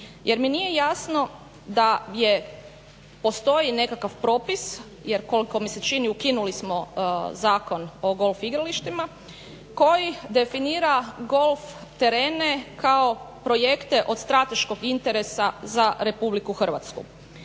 Jer mi nije jasno da postoji nekakav propis jer koliko mi se čini ukinuli smo Zakon o golf igralištima, koji definira golf terene kao projekte od strateškog interesa za RH.